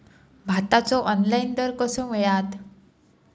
भाताचो ऑनलाइन दर कसो मिळात?